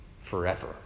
forever